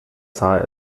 sah